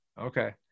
okay